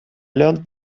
learned